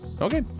okay